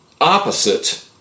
opposite